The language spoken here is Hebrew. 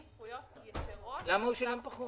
זכויות יתרות --- למה הוא שילם פחות?